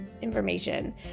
information